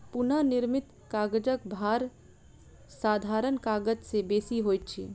पुनःनिर्मित कागजक भार साधारण कागज से बेसी होइत अछि